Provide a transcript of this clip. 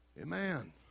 Amen